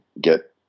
get